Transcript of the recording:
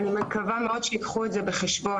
אני מקווה מאוד שייקחו את זה בחשבון,